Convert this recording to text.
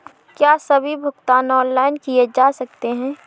क्या सभी भुगतान ऑनलाइन किए जा सकते हैं?